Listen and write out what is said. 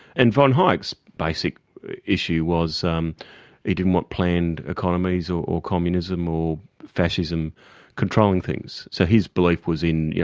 and von hayek's basic issue was, um he didn't want planned economies or or communism or fascism controlling things. so his belief was in, you